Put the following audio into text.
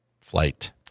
flight